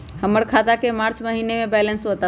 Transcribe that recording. हमर खाता के मार्च महीने के बैलेंस के बताऊ?